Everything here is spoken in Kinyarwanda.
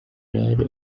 w’ingabo